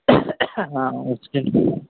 हाँ उसके